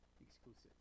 exclusive